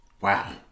wow